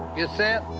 get set.